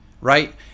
right